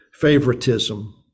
favoritism